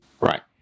Right